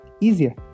easier